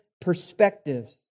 perspectives